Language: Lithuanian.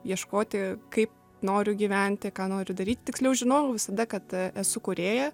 ieškoti kaip noriu gyventi ką noriu daryt tiksliau žinojau visada kad esu kūrėja